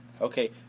Okay